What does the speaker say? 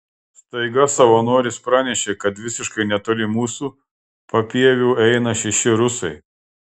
staiga savanoris pranešė kad visiškai netoli mūsų papieviu eina šeši rusai